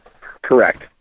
correct